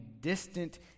distant